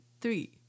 three